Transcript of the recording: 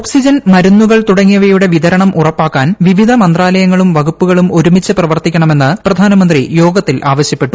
oxygen മരുന്നുകൾ തുടങ്ങിയവയുടെ വിതരണം ഉറപ്പാക്കാൻ വിവിധ മന്ത്രാലയങ്ങളും വകുപ്പുകളും ഒരുമിച്ച് പ്രവർത്തിക്കണമെന്ന് പ്രധാനമന്ത്രി യോഗത്തിൽ ആവശ്യപ്പെട്ടു